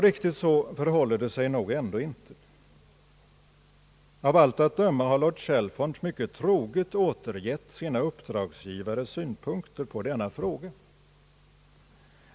Riktigt så förhåller det sig ändå inte. Av allt att döma har lord Chalfont mycket troget återgett sina uppdragsgivares synpunkter på denna fråga.